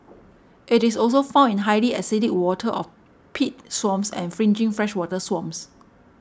it is also found in highly acidic waters of peat swamps and fringing freshwater swamps